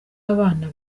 abana